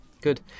Good